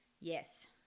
Yes